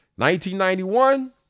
1991